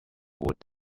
wood